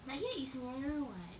but here is nearer [what]